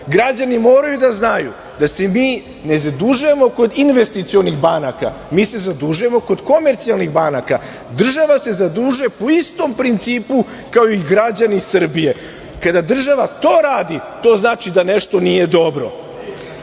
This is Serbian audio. Građani moraju da znaju da se mi ne zadužujemo kod investicionih banaka, mi se zadužujem kod komercijalnih banaka, država se zadužuje po istom principu, kao i građani Srbije. Kada država to radi to znači da nešto nije dobro. Svaki